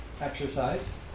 exercise